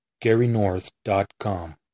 GaryNorth.com